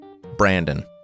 Brandon